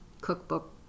cookbook